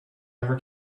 ever